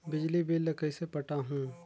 बिजली बिल ल कइसे पटाहूं?